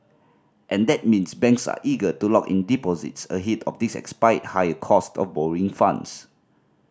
and that means banks are eager to lock in deposits ahead of this expected higher cost of borrowing funds